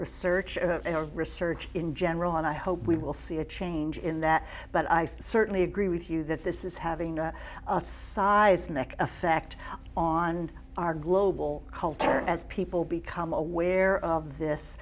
research research in general and i hope we will see a change in that but i certainly agree with you that this is having a seismic effect on our global culture as people become aware of this